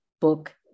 book